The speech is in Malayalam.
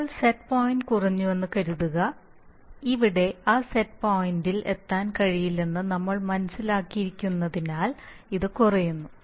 ഇപ്പോൾ സെറ്റ് പോയിന്റ് കുറഞ്ഞുവെന്ന് കരുതുക ഇവിടെ ആ സെറ്റ് പോയിന്റിൽ എത്താൻ കഴിയില്ലെന്ന് നമ്മൾ മനസ്സിലാക്കിയിരിക്കുന്നതിനാൽ ഇത് കുറയുന്നു